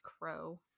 Crow